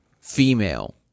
Female